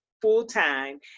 full-time